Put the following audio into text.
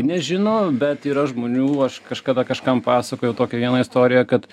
nežino bet yra žmonių aš kažkada kažkam pasakojau tokią vieną istoriją kad